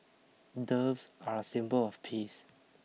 doves are a symbol of peace